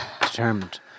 determined